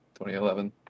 2011